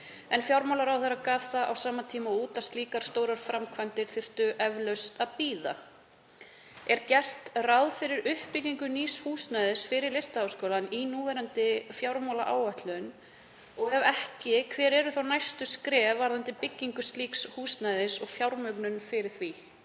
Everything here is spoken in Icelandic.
en fjármálaráðherra gaf það út á sama tíma að slíkar stórar framkvæmdir þyrftu eflaust að bíða. Er gert ráð fyrir uppbyggingu nýs húsnæðis fyrir Listaháskólann í fjármálaáætlun? Ef ekki, hver eru þá næstu skref varðandi byggingu slíks húsnæðis og fjármögnun þess?